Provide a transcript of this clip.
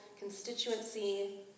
constituency